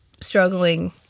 struggling